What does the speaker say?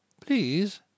Please